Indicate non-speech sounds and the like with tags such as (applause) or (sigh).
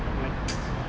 I'm like (noise)